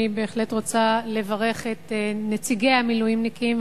אני בהחלט רוצה לברך את נציגי המילואימניקים.